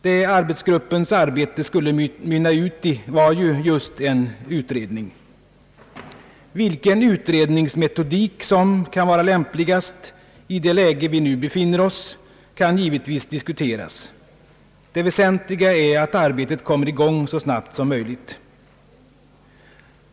Vad arbetsgruppens arbete skulle mynna ut i var ju just en utredning. Vilken utredningsmetodik som kan vara lämpligast i det läge vi nu befinner oss i kan givetvis diskuteras — det väsentliga är att arbetet kommer i gång så snabbt som möjligt.